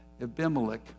Abimelech